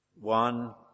one